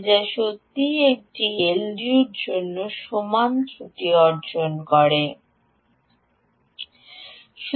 যা সত্যই একটি এলডিওর জন্য ত্রুটি অর্জন করুন